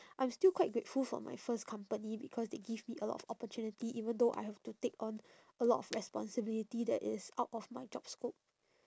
I'm still quite grateful for my first company because they give me a lot of opportunity even though I have to take on a lot of responsibility that is out of my job scope